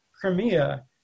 Crimea